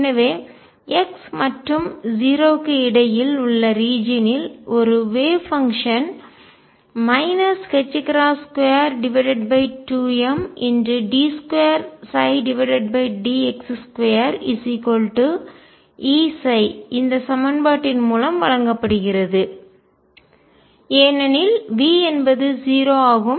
எனவே x மற்றும் 0 க்கு இடையில் உள்ள ரீஜியன் ல் ஒரு வேவ் பங்ஷன் அலை செயல்பாடு 22md2 dx2Eψ இந்த சமன்பாட்டின் மூலம் வழங்கப்படுகிறது ஏனெனில் V என்பது 0 ஆகும்